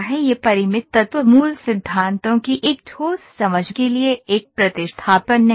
यह परिमित तत्व मूल सिद्धांतों की एक ठोस समझ के लिए एक प्रतिस्थापन नहीं है